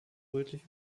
rötlich